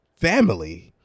family